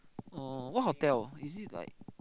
oh what hotel is it like